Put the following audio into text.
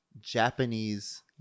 Japanese